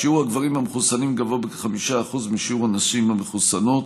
שפעת: שיעור הגברים המחוסנים גבוה בכ-5% משיעור הנשים המחוסנות,